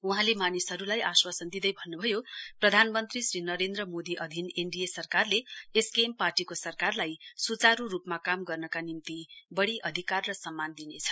वहाँले मानिसहरूलाई आश्वासन दिँदै भन्नुभयो प्रधान मन्त्री श्री नरेन्द्र मोदी अधिन एनडिए सरकारले एसकेम पार्टीको सरकारलाई सुचारू रूपमा काम गर्नका निम्ति बढ़ी अधिकार र सम्मान दिनेछ